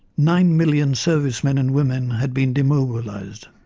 nine million service men and women had been demobilised.